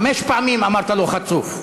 חמש פעמים אמרת לו חצוף.